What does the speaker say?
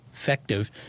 effective